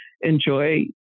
enjoy